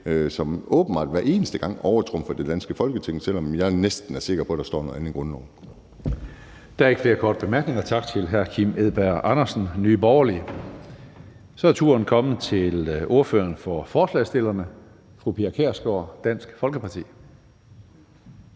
som åbenbart hver eneste gang overtrumfer det danske Folketing, selv om jeg næsten er sikker på, at der står noget andet i grundloven. Kl. 16:42 Tredje næstformand (Karsten Hønge): Der er ikke flere korte bemærkninger, så tak til hr. Kim Edberg Andersen, Nye Borgerlige. Så er turen kommet til ordføreren for forslagsstillerne, fru Pia Kjærsgaard, Dansk Folkeparti.